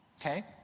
Okay